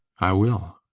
i will.